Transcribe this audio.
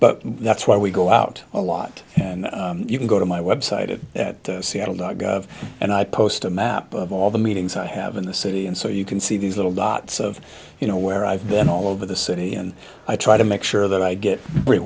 but that's why we go out a lot and you can go to my website at at seattle dot gov and i post a map of all the meetings i have in the city and so you can see these little dots of you know where i've been all over the city and i try to make sure that i get